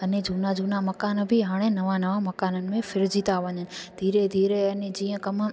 अने झूना झूना मकान बि हाणे नवां नवां मकाननि में फिरिजी था वञनि धीरे धीरे अने जीअं कम